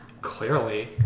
Clearly